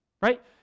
right